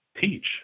teach